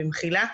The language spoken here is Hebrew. במחילה,